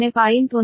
10 p